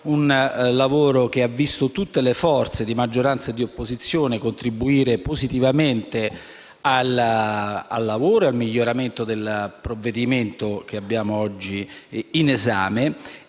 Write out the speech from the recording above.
proficuo, che ha visto tutte le forze di maggioranza e di opposizione contribuire positivamente al lavoro e al miglioramento del provvedimento oggi in esame.